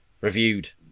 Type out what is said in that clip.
Reviewed